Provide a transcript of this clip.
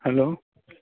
hello